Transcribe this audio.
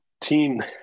team